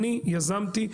אני יזמתי.